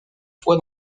fois